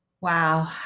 Wow